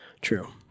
true